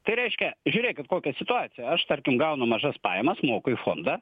tai reiškia žiūrėkit kokia situacija aš tarkim gaunu mažas pajamas moku į fondą